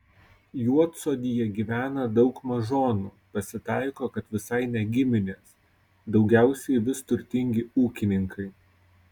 juodsodėje gyvena daug mažonų pasitaiko kad visai ne giminės daugiausiai vis turtingi ūkininkai